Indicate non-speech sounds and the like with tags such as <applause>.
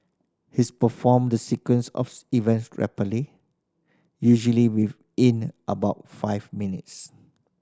his performed the sequence of <unintelligible> events rapidly usually within about five minutes